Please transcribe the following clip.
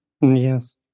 yes